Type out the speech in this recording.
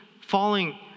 falling